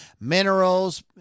minerals